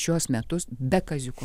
šiuos metus be kaziuko